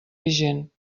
vigent